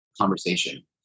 conversation